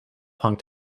hangt